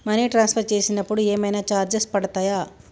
Money transfer చేసినప్పుడు ఏమైనా charges పడతయా?